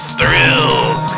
thrills